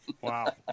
Wow